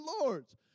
Lord's